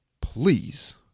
please